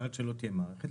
שעד שלא תהיה מערכת אחרת,